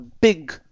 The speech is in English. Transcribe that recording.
big